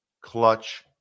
clutch